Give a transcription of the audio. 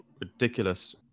ridiculous